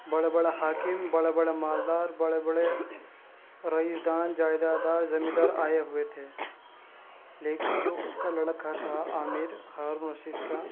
بڑے بڑے حاکم بڑے بڑے مالدار بڑے بڑے رئیس دان جائداد دار زمیندار آئے ہوئے تھے لیکن جو اس کا لڑکا تھا عامر ہارون رشید کا